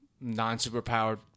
Non-superpowered